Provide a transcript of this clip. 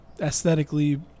aesthetically